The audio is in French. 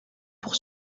pour